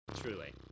Truly